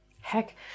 Heck